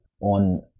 on